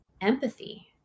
empathy